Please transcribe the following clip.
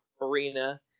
arena